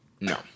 No